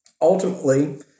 ultimately